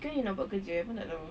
atau you nak buat kerja I pun tak tahu